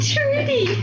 Trudy